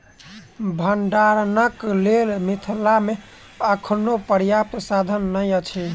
भंडारणक लेल मिथिला मे अखनो पर्याप्त साधन नै अछि